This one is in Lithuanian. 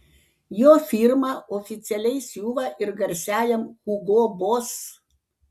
jo firma oficialiai siuva ir garsiajam hugo boss